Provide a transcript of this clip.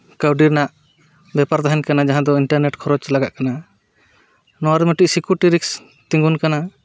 ᱠᱟᱹᱣᱰᱤ ᱨᱮᱱᱟᱜ ᱵᱮᱯᱟᱨ ᱛᱟᱦᱮᱱ ᱠᱟᱱᱟ ᱡᱟᱦᱟᱸ ᱫᱚ ᱤᱱᱴᱟᱨᱱᱮᱴ ᱠᱷᱚᱨᱚᱪ ᱞᱟᱜᱟᱜ ᱠᱟᱱᱟ ᱱᱚᱣᱟ ᱨᱮ ᱢᱤᱫᱴᱤᱡ ᱥᱤᱠᱩᱨᱤᱴᱤ ᱨᱤᱠᱥ ᱛᱤᱸᱜᱩᱱ ᱠᱟᱱᱟ